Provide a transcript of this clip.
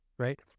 Right